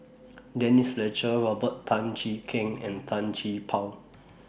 Denise Fletcher Robert Tan Jee Keng and Tan Gee Paw